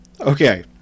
okay